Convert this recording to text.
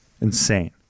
Insane